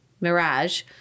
Mirage